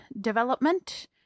development